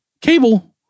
cable